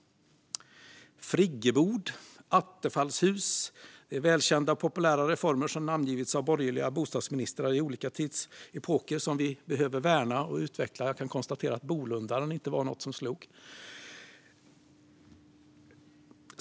Friggebod och attefallshus är välkända och populära reformer som namngetts av borgerliga bostadsministrar i olika tidsepoker och som vi behöver värna och utveckla. Jag kan konstatera att bolundaren inte var något som slog.